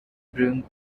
brewing